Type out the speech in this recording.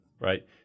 right